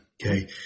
Okay